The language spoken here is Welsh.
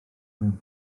mewn